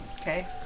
Okay